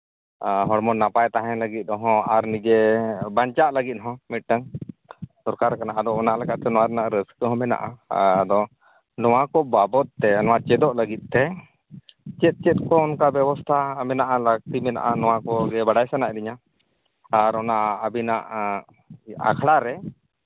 ᱦᱚᱲᱢᱚ ᱱᱟᱯᱟᱭ ᱛᱟᱦᱮᱸ ᱞᱟᱹᱜᱤᱫ ᱦᱚᱸ ᱟᱨ ᱱᱤᱡᱮ ᱵᱟᱧᱪᱟᱜ ᱞᱟᱹᱜᱤᱫ ᱦᱚᱸ ᱢᱤᱫᱴᱟᱱ ᱫᱚᱨᱠᱟᱨ ᱠᱟᱱᱟ ᱟᱫᱚ ᱚᱱᱟ ᱞᱮᱠᱟᱛᱮ ᱱᱚᱣᱟ ᱨᱮᱱᱟᱜ ᱨᱟᱹᱥᱠᱟᱹ ᱦᱚᱸ ᱢᱮᱱᱟᱜᱼᱟ ᱟᱫᱚ ᱱᱚᱣᱟ ᱠᱚ ᱵᱟᱵᱚᱫ ᱛᱮ ᱱᱚᱣᱟ ᱪᱮᱫᱚᱜ ᱞᱟᱹᱜᱤᱫ ᱛᱮ ᱪᱮᱫ ᱪᱮᱫ ᱠᱚ ᱚᱱᱠᱟ ᱵᱮᱵᱚᱥᱛᱷᱟ ᱢᱮᱱᱟᱜᱼᱟ ᱱᱚᱣᱟ ᱠᱚᱜᱮ ᱵᱟᱲᱟᱭ ᱥᱟᱱᱟᱭᱮᱫ ᱞᱤᱧᱟ ᱟᱨ ᱚᱱᱟ ᱟᱹᱵᱤᱱᱟᱜ ᱟᱠᱷᱲᱟ ᱨᱮ